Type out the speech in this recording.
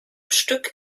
stück